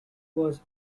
was